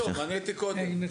אני הייתי קודם.